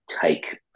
take